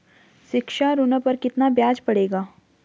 शिक्षा ऋण पर कितना ब्याज पड़ेगा?